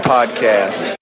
Podcast